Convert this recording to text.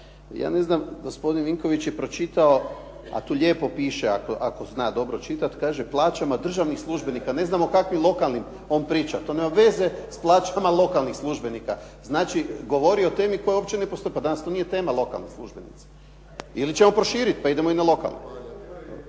Ja ne znam gospodin Vinković je pročitao, a tu lijepo piše ako zna dobro čitati. Kaže “plaćama državnih službenika“ ne znam o kakvim lokalnim on priča. To nema veze s plaćama lokalnih službenika. Znači, govori o temi koja uopće ne postoji. Pa danas to nije tema lokalni službenici ili ćemo proširiti pa idemo i na lokalne.